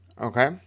Okay